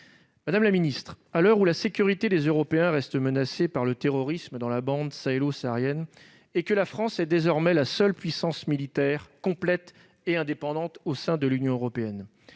hommage à nos morts. À l'heure où la sécurité des Européens reste menacée par le terrorisme dans la bande sahélo-saharienne et alors que la France est désormais la seule puissance militaire complète et indépendante au sein de l'Union européenne,